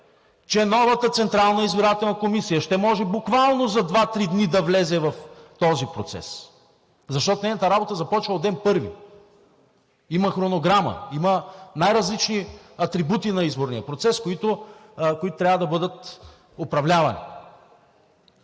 че новата Централна избирателна комисия ще може буквално за два-три дни да влезе в този процес, защото нейната работа започва от ден първи – има хронограма, има най-различни атрибути на изборния процес, които трябва да бъдат управлявани.